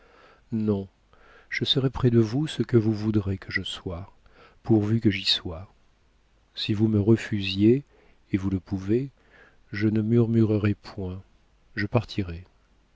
non je serai près de vous ce que vous voudrez que je sois pourvu que j'y sois si vous me refusiez et vous le pouvez je ne murmurerai point je partirai